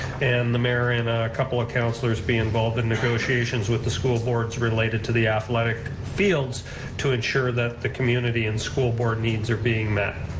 and the mayor and a couple of councilors be involved in negotiations with the school boards related to the athletic fields to ensure that the community and school board needs are being met.